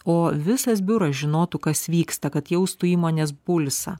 o visas biuras žinotų kas vyksta kad jaustų įmonės pulsą